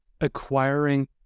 acquiring